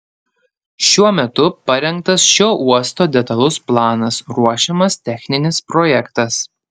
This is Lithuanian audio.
šiuo metu parengtas šio uosto detalus planas ruošiamas techninis projektas